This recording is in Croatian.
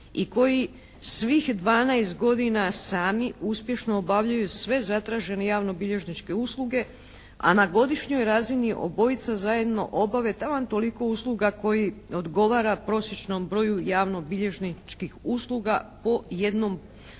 i koji svih dvanaest godina sami uspješno obavljaju sve zatražene javno-bilježničke usluge a na godišnjoj razini obojica zajedno obave taman toliko usluga koji odgovara prosječnom broju javno-bilježničkih usluga po jednom